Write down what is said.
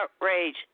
outrage